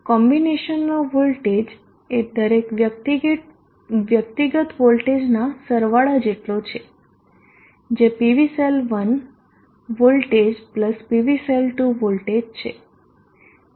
કોમ્બિનેશનનો voltage એ દરેક વ્યક્તિગત વોલ્ટેજના સરવાળા જેટલો છે જે PV cell 1 voltage plus PV cell 2 voltage છે